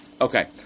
Okay